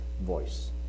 voice